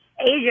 Asia